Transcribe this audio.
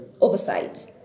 oversight